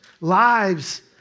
Lives